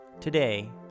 today